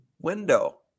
window